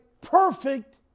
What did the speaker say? perfect